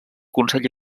consell